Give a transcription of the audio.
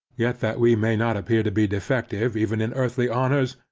yet that we may not appear to be defective even in earthly honors,